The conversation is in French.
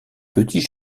petit